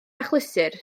achlysur